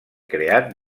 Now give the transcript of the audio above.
creat